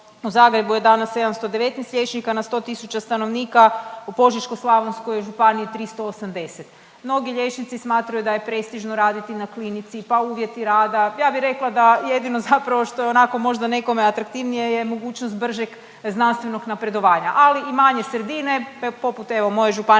u Zagrebu je danas 719 liječnika na 100 tisuća stanovnika, u Požeško-slavonskoj županiji 380. Mnogi liječnici smatraju da je prestižno raditi na klinici, pa uvjeti rada. Ja bi rekla jedino zapravo što je onako možda nekome atraktivnije je mogućnost bržeg znanstvenog napredovanja, ali i manje sredine poput evo moje Županijske